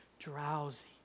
drowsy